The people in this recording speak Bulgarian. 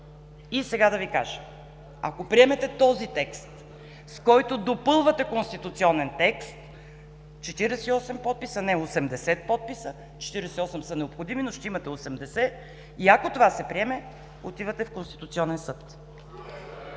И сега да Ви кажа – ако приемете този текст, с който допълвате конституционен текст, 48 подписа, не 80 подписа – 48 са необходими, но ще имате 80, и ако това се приеме, отивате в Конституционния съд.